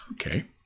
okay